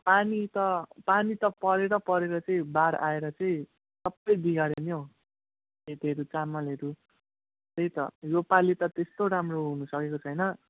पानी त पानी त परेर परेर चाहिँ बाढ आएर चाहिँ सबै बिगार्यो नि हौ खेतीहरू चामलहरू त्यही त योपालि त त्यस्तो राम्रो हुन सकेको छैन